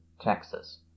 Texas